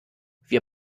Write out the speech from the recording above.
wir